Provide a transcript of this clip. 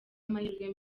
amahirwe